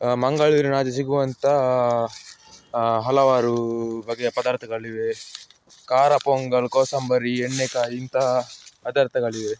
ಮಂಗಳೂರಿನಾಚೆ ಸಿಗುವಂತ ಹಲವಾರು ಬಗೆಯ ಪದಾರ್ಥಗಳಿವೆ ಖಾರ ಪೊಂಗಲ್ ಕೋಸಂಬರಿ ಎಣ್ಣೆಕಾಯಿ ಇಂತಹ ಪದಾರ್ಥಗಳಿವೆ